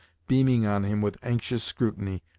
beaming on him with anxious scrutiny,